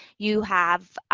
you have,